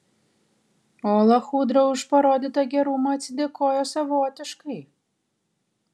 o lachudra už parodytą gerumą atsidėkojo savotiškai